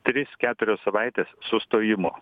tris keturias savaites sustojimo